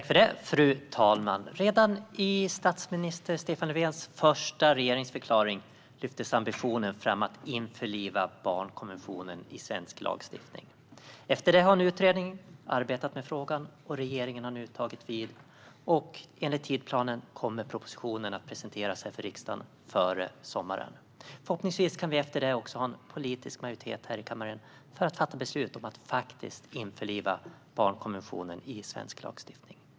Fru talman! Redan i statsminister Stefan Löfvens första regeringsförklaring lyftes ambitionen fram att införliva barnkonventionen i svensk lagstiftning. Efter det har en utredning arbetat med frågan. Regeringen har nu tagit vid, och enligt tidsplanen kommer propositionen att presenteras för riksdagen före sommaren. Förhoppningsvis kan vi efter det ha en politisk majoritet här i kammaren för att fatta beslut om att faktiskt införliva barnkonventionen i svensk lagstiftning.